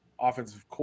offensive